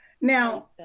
Now